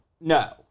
No